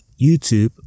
YouTube